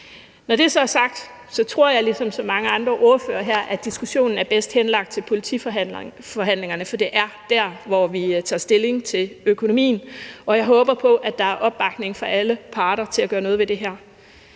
Når det så er sagt, tror jeg ligesom så mange andre ordførere her, at diskussionen er bedst henlagt til politiforhandlingerne, for det er der, vi tager stilling til økonomien, og jeg håber på, at der er opbakning fra alle parter til at gøre noget ved det her.